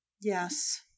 Yes